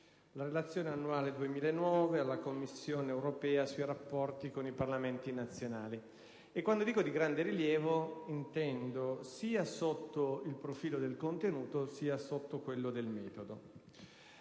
la Relazione annuale 2009 della Commissione europea sui rapporti con i Parlamenti nazionali. E quando dico di grande rilievo, intendo sia sotto il profilo del contenuto sia sotto quello del metodo.